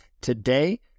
today